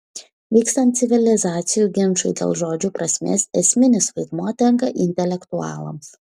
vykstant civilizacijų ginčui dėl žodžių prasmės esminis vaidmuo tenka intelektualams